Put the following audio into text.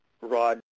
rod